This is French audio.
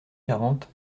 quarante